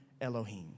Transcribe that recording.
Elohim